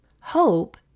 Hope